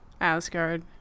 asgard